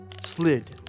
slid